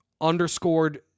underscored